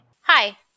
Hi